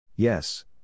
Yes